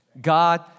god